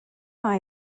hay